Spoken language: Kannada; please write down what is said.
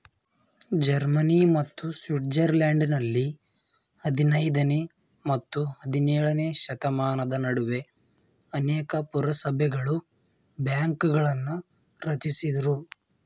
ಜರ್ಮನಿ ಮತ್ತು ಸ್ವಿಟ್ಜರ್ಲೆಂಡ್ನಲ್ಲಿ ಹದಿನೈದನೇ ಮತ್ತು ಹದಿನೇಳನೇಶತಮಾನದ ನಡುವೆ ಅನೇಕ ಪುರಸಭೆಗಳು ಬ್ಯಾಂಕ್ಗಳನ್ನ ರಚಿಸಿದ್ರು